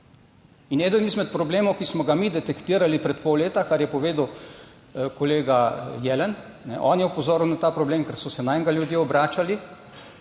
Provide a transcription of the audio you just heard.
In eden izmed problemov, ki smo ga mi detektirali pred pol leta, kar je povedal kolega Jelen, on je opozoril na ta problem, ker so se nanj ljudje obračali,